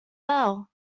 bell